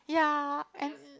ya and